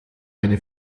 eine